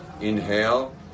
Inhale